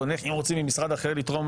בנושא שומרי סף,